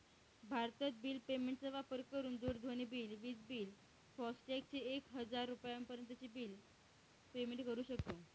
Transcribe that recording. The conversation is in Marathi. भारतत बिल पेमेंट चा वापर करून दूरध्वनी बिल, विज बिल, फास्टॅग चे एक हजार रुपयापर्यंत चे बिल पेमेंट करू शकतो